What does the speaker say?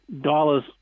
dollars